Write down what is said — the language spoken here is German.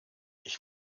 ich